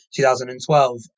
2012